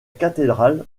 cathédrale